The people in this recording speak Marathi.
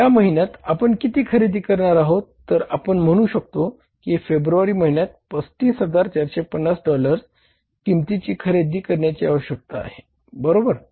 या महिन्यात आपण किती खरेदी करणार आहोत तर आपण म्हणू शकतो कि फेब्रुवारी महिन्यासाठी 35450 डॉलर्स किंमतीची खरेदी करण्याची आवश्यकता आहे बरोबर